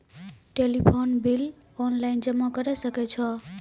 Telephone bill online जमा करै सकै छौ?